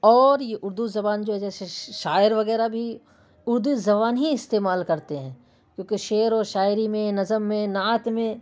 اور یہ اردو زبان جوجیسے شاعر وغیرہ بھی اردو زبان ہی استعمال کرتے ہیں کیونکہ شعر و شاعری میں نظم میں نعت میں